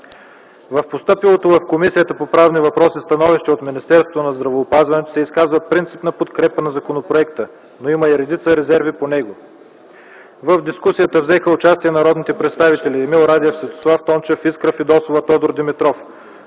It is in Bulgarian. В постъпилото в Комисията по правни въпроси становище от Министерство на здравеопазването се изказва принципна подкрепа на законопроекта, но има и редица резерви по него. В дискусията взеха участие народните представители Емил Радев, Светослав Тончев, Искра Фидосова и Тодор Димитров.